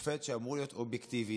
שופט שאמור להיות אובייקטיבי,